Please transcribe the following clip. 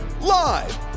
Live